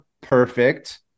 perfect